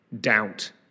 doubt